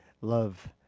love